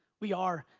we are.